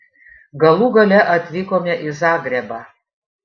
galų gale atvykome į zagrebą